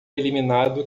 eliminado